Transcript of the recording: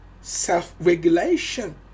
self-regulation